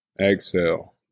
exhale